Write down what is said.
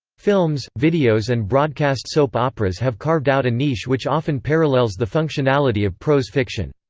films, videos and broadcast soap operas have carved out a niche which often parallels the functionality of prose fiction.